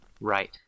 Right